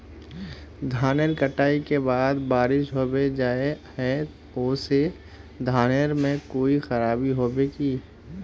धानेर कटाई के बाद बारिश होबे जाए है ओ से धानेर में कोई खराबी होबे है की?